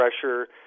pressure